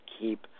keep